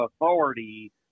authority